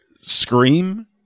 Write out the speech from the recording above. scream